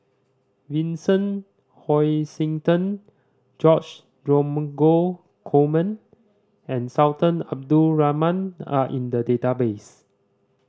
Vincent Hoisington George Dromgold Coleman and Sultan Abdul Rahman are in the database